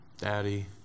Daddy